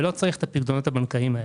לא צריך את הפיקדונות הבנקאיים האלה.